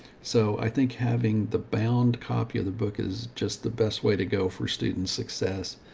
so i think having the bound copy of the book is just the best way to go for student success.